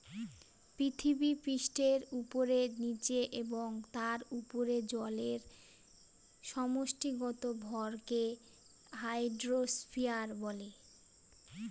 পৃথিবীপৃষ্ঠের উপরে, নীচে এবং তার উপরে জলের সমষ্টিগত ভরকে হাইড্রোস্ফিয়ার বলে